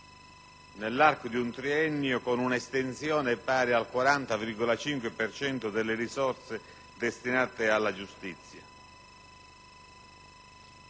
nell'arco di un triennio con un'estensione pari al 40,5 per cento delle risorse destinate alla giustizia.